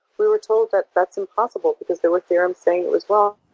we were told but that's impossible because there were theorems saying it was wrong.